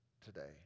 today